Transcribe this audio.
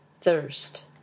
thirst